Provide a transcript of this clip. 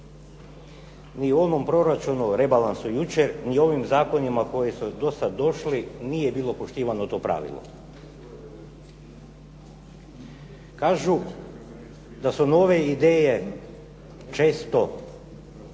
Ni u onom proračunu, rebalansu jučer, ni ovim zakonima koji su do sad došli nije bilo poštivano to pravilo. Kažu da su nove ideje često